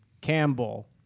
Campbell